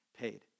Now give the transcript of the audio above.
paid